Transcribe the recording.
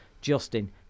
Justin